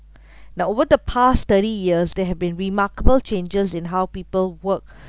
now over the past thirty years there have been remarkable changes in how people work